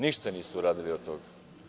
Ništa nisu uradili od toga.